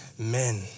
Amen